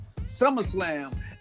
SummerSlam